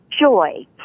joy